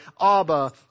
Abba